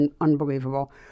unbelievable